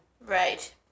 Right